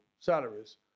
salaries